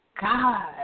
God